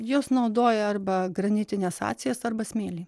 jos naudoja arba granitines atsijas arba smėlį